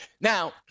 Now